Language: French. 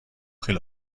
près